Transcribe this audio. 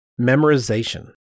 memorization